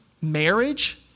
marriage